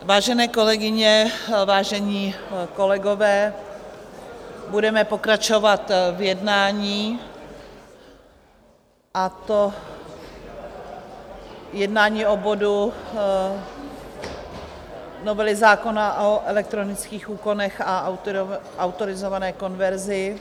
Vážené kolegyně, vážení kolegové, budeme pokračovat v jednání, a to jednání o bodu novely zákona o elektronických úkonech a autorizované konverzi.